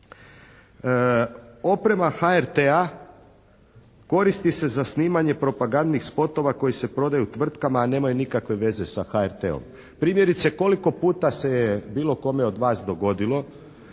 Oprema HRT-a koristi se za snimanje propagandnih spotova koje se prodaju tvrtkama a nemaju nikakve veze sa HRT-om. Primjerice koliko puta se je bilo kome od vas dogodilo